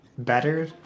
Better